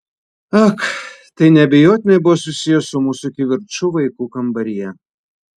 ak tai neabejotinai buvo susiję su mūsų kivirču vaikų kambaryje